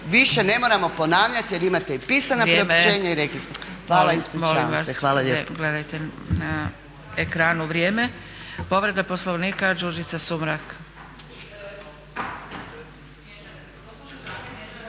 više ne moramo ponavljati jer imate i pisana priopćenja. Hvala, ispričavam se. **Zgrebec,